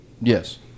Yes